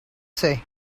say